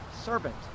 servant